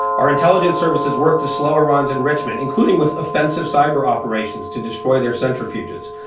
our intelligence services worked to slow iran's enrichment, including with offensive cyber operations to destroy their centrifuges.